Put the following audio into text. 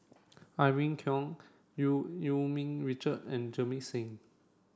Irene Khong Eu Yee Ming Richard and Jamit Singh